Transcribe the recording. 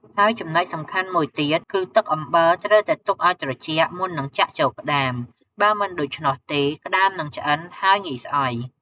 ហើយចំនុចសំខាន់មួយទៀតគឺ ទឹកអំបិលត្រូវតែទុកអោយត្រជាក់ មុននឹងចាក់ចូលក្ដាម បើមិនដូច្នោះទេ ក្ដាមនឹងឆ្អិន ហើយងាយស្អុយ។